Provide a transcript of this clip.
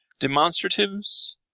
demonstratives